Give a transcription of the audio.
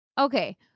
Okay